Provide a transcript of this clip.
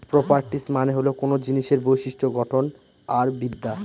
properties মানে হল কোনো জিনিসের বিশিষ্ট্য গঠন আর বিদ্যা